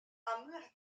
amour